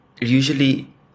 Usually